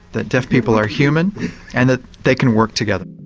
that deaf people are human and that they can work together.